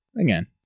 again